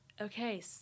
Okay